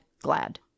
glad